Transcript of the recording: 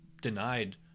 denied